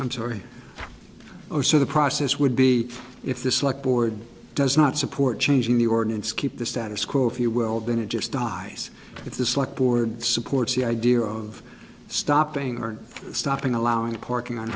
i'm sorry or so the process would be if this like board does not support changing the ordinance keep the status quo if you will then it just dies it's like board supports the idea of stopping her stopping allowing parking on